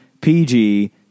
PG